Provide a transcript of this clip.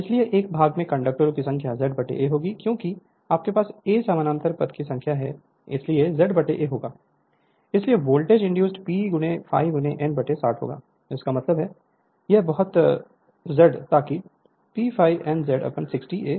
और इसलिए एक भाग में कंडक्टरों की संख्या Z A होगी क्योंकि आपके पास A समानांतर पथ की संख्या है इसलिए Z A होगा इसलिए वोल्टेज इंड्यूस P ∅ N 60 होगा इसका मतलब है यह बहुत Z ताकि ∅ Z N 60 P A volt होगा